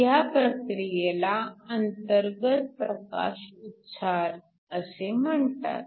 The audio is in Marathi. ह्या प्रक्रियेला अंतर्गत प्रकाश उत्सार असे म्हणतात